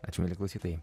ačiū mieli klausytojai